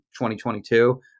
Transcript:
2022